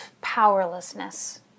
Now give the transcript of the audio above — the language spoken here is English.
powerlessness